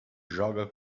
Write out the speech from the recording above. joga